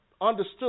Understood